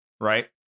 right